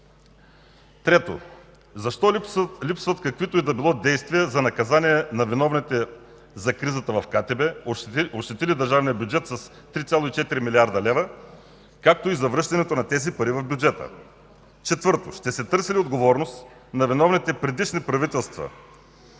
Трето, защо липсват каквито и да било действия за наказание на виновните за кризата в КТБ, ощетили държавния бюджет с 3,4 млрд. лв., както и за връщането на тези пари в бюджета? Четвърто, ще се търси ли отговорност на виновните предишни правителства